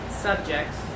subjects